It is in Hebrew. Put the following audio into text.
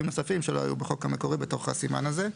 נוספים שלא היו בחוק המקורי בתוך הסימן הזה.